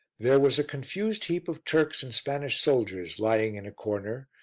there was a confused heap of turks and spanish soldiers lying in a corner,